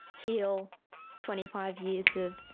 heal twenty five years of